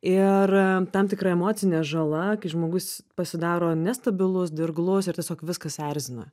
ir tam tikra emocinė žala kai žmogus pasidaro nestabilus dirglus ir tiesiog viskas erzina